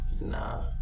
nah